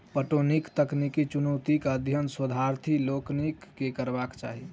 पटौनीक तकनीकी चुनौतीक अध्ययन शोधार्थी लोकनि के करबाक चाही